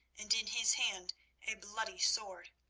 and in his hand a bloody sword.